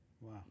Wow